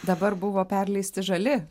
dabar buvo perleisti žali